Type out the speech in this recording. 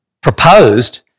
proposed